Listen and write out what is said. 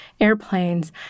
airplanes